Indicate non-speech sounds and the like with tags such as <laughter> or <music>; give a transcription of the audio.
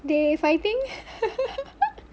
they fighting <laughs>